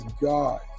God